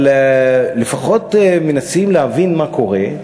אבל לפחות מנסים להבין מה קורה,